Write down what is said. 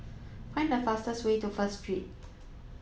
find the fastest way to First Street